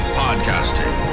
podcasting